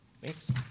Thanks